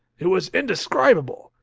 it was indescribable!